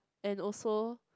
and also